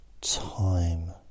time